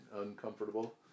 uncomfortable